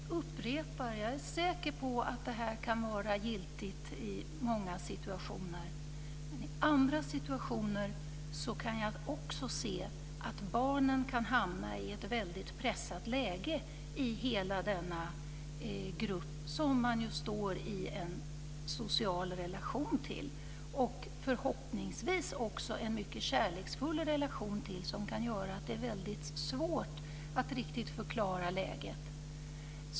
Fru talman! Jag upprepar att jag är säker på att det kan vara giltigt i många situationer. Men i andra situationer kan jag också se att barnet kan hamna i ett väldigt pressat läge i hela denna grupp som man ju står i en social relation till. Det är förhoppningsvis också en mycket kärleksfull relation som kan göra att det är väldigt svårt att riktigt förklara läget.